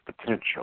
potential